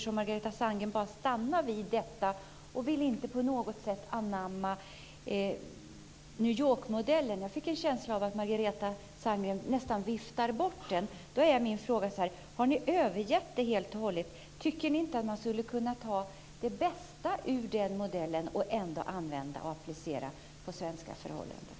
Margareta Sandgren stannade vid detta och ville inte på något sätt anamma New York-modellen. Jag fick en känsla av att Margareta Sandgren nästan viftade bort den. Då är min fråga: Har ni övergett den helt och hållet? Tycker ni inte att man skulle kunna ta det bästa i den modellen och använda och applicera på svenska förhållanden?